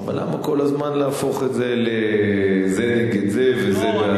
אבל למה כל הזמן להפוך את זה לזה נגד זה וזה נגד זה?